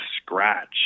scratch